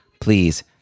please